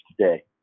today